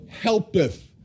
helpeth